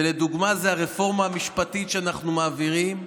ולדוגמה זה הרפורמה המשפטית שאנחנו מעבירים,